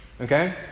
Okay